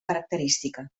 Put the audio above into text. característica